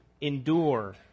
endure